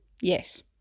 yes